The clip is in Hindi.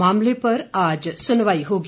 मामले पर आज सुनवाई होगी